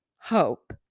hope